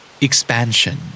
Expansion